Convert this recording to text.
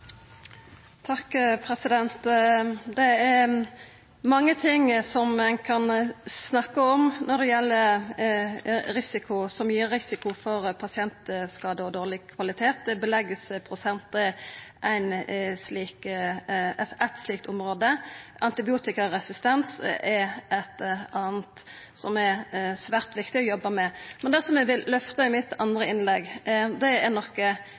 Det er mange ting som ein kan snakka om som gir risiko for pasientskadar og dårleg kvalitet. Beleggsprosent er eit slikt område, antibiotikaresistens er eit anna, som er svært viktig å jobba med. Men det som eg vil løfta i det andre innlegget mitt, er noko veldig enkelt, og det er